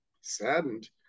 saddened